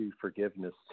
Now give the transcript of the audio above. forgiveness